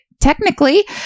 technically